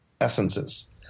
essences